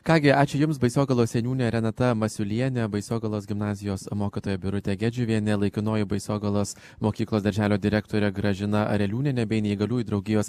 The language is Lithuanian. ką gi ačiū jums baisogalos seniūnė renata masiulienė baisogalos gimnazijos mokytoja birutė girdžiuvienė laikinoji baisogalos mokyklos darželio direktorė gražina areliūnienė bei neįgaliųjų draugijos